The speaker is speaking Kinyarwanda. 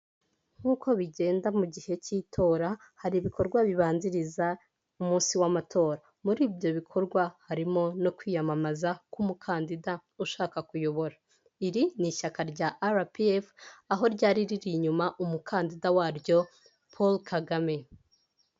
Nk'uko bigenda mu gihe cy'itora hari ibikorwa bibanziriza umunsi w'amatora, muri ibyo bikorwa harimo no kwiyamamaza k'umukandida ushaka kuyobora. Iri ni ishyaka arapiyefu aho ryari riri inyuma umukandida waryo Paul Kagame.